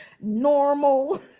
normal